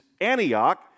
Antioch